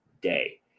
day